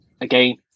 Again